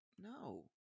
No